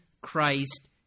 Christ